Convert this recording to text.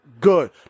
good